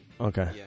Okay